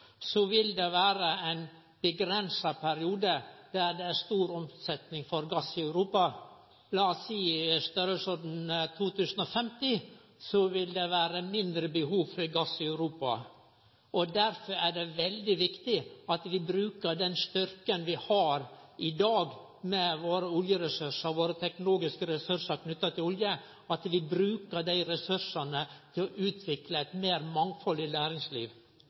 vil det vere ein avgrensa periode der det er stor omsetnad av gass i Europa – lat oss seie at det i 2050 vil vere mindre behov for gass i Europa. Derfor er det veldig viktig at vi bruker den styrken vi har i dag, med våre oljeressursar og våre teknologiske ressursar knytte til olje, til å utvikle eit meir mangfaldig næringsliv.